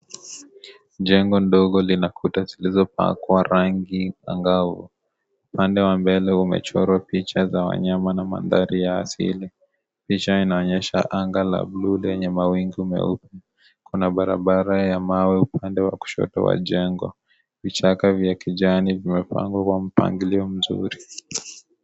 Jengo dogo lina kuta zilizopakwa rangi angavu. Upande wa mbele umechorwa picha za wanyama na mandhari ya asili. Picha inaonyesha anga la bluu lenye mawingu meupe. Kuna barabara ya mawe upande wa kushoto wa jengo. Vichaka vya kijani vimepangwa kwa mpangilio mzuri.